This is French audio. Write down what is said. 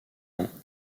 ans